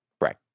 Right